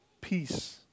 peace